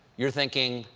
you're thinking,